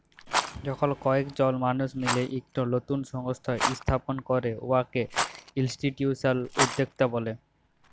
যখল কয়েকজল মালুস মিলে ইকট লতুল সংস্থা ইস্থাপল ক্যরে উয়াকে ইলস্টিটিউশলাল উদ্যক্তা ব্যলে